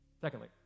Secondly